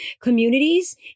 communities